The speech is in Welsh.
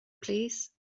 plîs